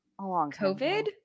COVID